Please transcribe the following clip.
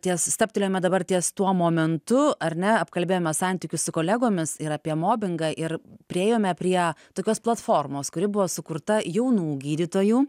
ties stabtelėjome dabar ties tuo momentu ar ne apkalbėjome santykius su kolegomis ir apie mobingą ir priėjome prie tokios platformos kuri buvo sukurta jaunų gydytojų